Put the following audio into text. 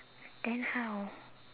then how